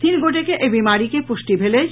तीन गोटे मे एहि बीमारी के पुष्टि भेल अछि